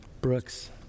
Brooks